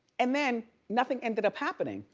and then nothing ended up happening.